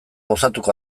gozatuko